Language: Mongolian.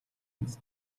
биз